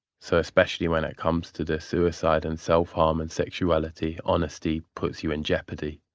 so especially when it comes to the suicide and self-harm and sexuality, honesty puts you in jeopardy